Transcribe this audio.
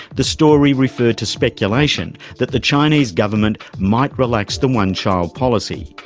the story referred to speculation that the chinese government might relax the one-child policy.